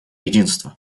единство